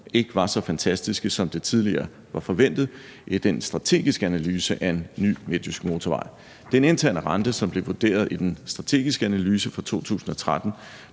ikke var så fantastiske, som det tidligere var forventet, i den strategiske analyse af en ny midtjysk motorvej. Den interne rente, som blev vurderet i den strategiske analyse fra 2013,